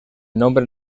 nombre